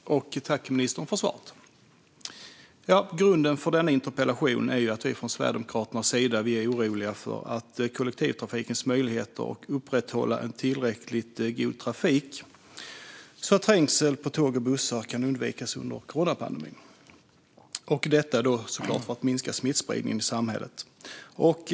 Fru talman! Jag vill tacka ministern för svaret. Grunden för denna interpellation är att Sverigedemokraterna är oroliga över möjligheterna för kollektivtrafiken att upprätthålla tillräckligt god trafik under coronapandemin för att trängsel på tåg och bussar ska kunna undvikas. Syftet är såklart att minska smittspridningen i samhället.